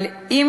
אבל אם